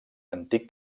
antic